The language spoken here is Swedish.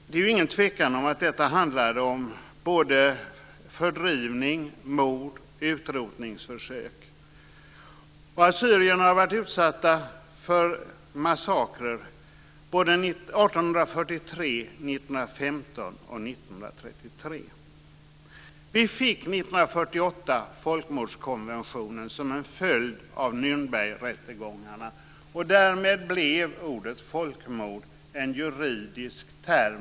Det är ingen tvekan om att det handlade om fördrivning, mord och utrotningsförsök. Assyrierna har varit utsatta för massakrer 1843, 1915 och År 1948 fick vi folkmordskonventionen, som en följd av Nürnbergrättegångarna. Därmed blev ordet "folkmord" en juridisk term.